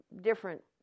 different